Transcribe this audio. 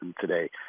today